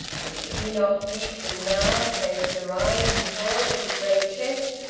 mr enoch peake was now, save for the rise and fall of his great chest,